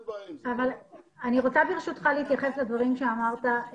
ברשותך, אני רוצה להתייחס לדברים שאמרת.